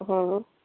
हा